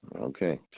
Okay